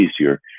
easier